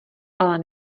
ale